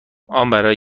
برای